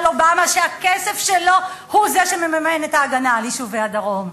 אובמה שהכסף שלו הוא זה שמממן את ההגנה על יישובי הדרום.